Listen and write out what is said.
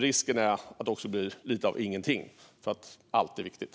Risken är dock att det också blir lite av ingenting eftersom allt är viktigt.